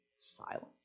Silence